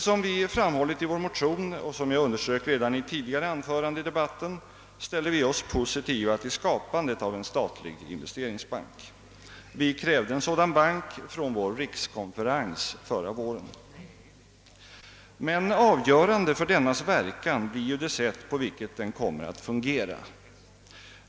Som vi framhållit i vår motion och som jag underströk redan i ett tidigare anförande i debatten ställer vi oss positiva till skapandet av en statlig investeringsbank. Vi krävde en sådan bank på vår rikskonferens förra våren. Avgörande för dennas verkan blir det sätt på vilket den kommer att fungera.